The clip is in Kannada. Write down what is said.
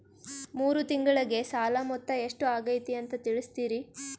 ಮೂರು ತಿಂಗಳಗೆ ಸಾಲ ಮೊತ್ತ ಎಷ್ಟು ಆಗೈತಿ ಅಂತ ತಿಳಸತಿರಿ?